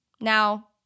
Now